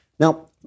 Now